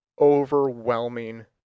overwhelming